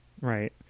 right